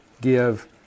give